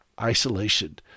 isolation